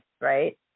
Right